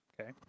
Okay